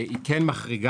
היא כן מחריגה